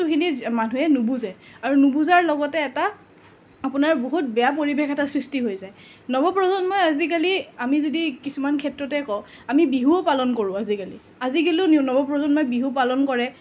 খিনি মানুহে নুবুজে আৰু নুবুজাৰ লগতে এটা আপোনাৰ বহুত বেয়া পৰিৱেশ এটা সৃষ্টি হৈ যায় নৱপ্ৰজন্মই আজিকালি আমি যদি কিছুমান ক্ষেত্ৰতে কওঁ আমি বিহুও পালন কৰোঁ আজিকালি আজিকালিও নৱপ্ৰজন্মই বিহু পালন কৰে